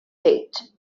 date